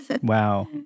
Wow